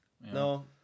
No